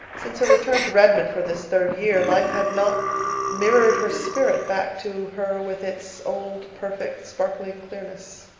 since her return to redmond for this third year, life had not mirrored her spirit back to her with its old, perfect, sparkling clearness.